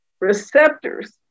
receptors